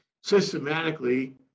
systematically